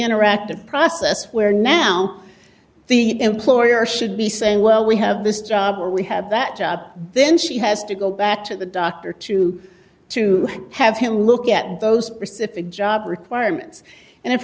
interactive process where now the employer should be saying well we have this job or we have that job then she has to go back to the doctor too to have him look at those specific job requirements and if